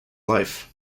life